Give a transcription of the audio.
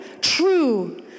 true